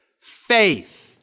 Faith